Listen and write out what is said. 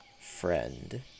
friend